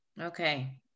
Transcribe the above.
Okay